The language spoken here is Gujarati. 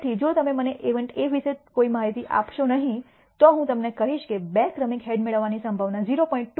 તેથી જો તમે મને ઇવેન્ટ A વિશે કોઈ માહિતી આપશો નહીં તો હું તમને કહીશ કે બે ક્રમિક હેડ મેળવવાની સંભાવના 0